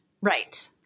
Right